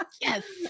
Yes